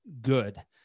good